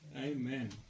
Amen